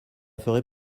ferait